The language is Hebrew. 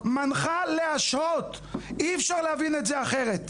"מנחה להשהות" אי אפשר להבין את זה אחרת.